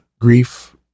Grief